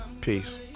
peace